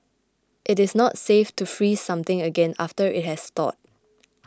it is not safe to freeze something again after it has thawed